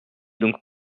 donc